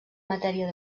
matèria